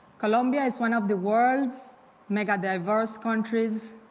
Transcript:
columbia is one of the world's mega diverse countries